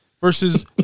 versus